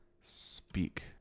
speak